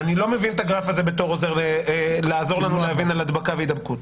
אני לא מבין איך הגרף הזה יכול לעזור לנו להבין על הדבקה והידבקות.